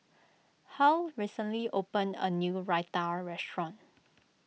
Huy recently opened a new Raita restaurant